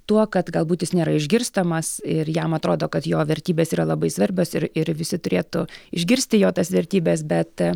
tuo kad galbūt jis nėra išgirstamas ir jam atrodo kad jo vertybės yra labai svarbios ir ir visi turėtų išgirsti jo tas vertybes bet